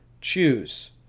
choose